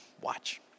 Watch